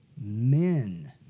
Men